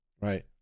right